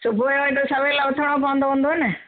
सुबुह जो एॾो सवेल उथिणो पवंदो हूंदुव न